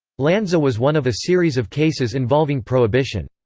lanza was one of a series of cases involving prohibition.